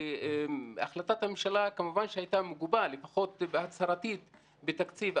כי החלטת הממשלה הייתה מגובה לפחות הצהרתית בתקציב.